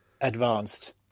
advanced